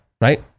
right